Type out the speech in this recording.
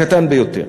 הקטן ביותר.